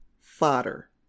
fodder